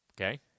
Okay